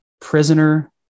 Prisoner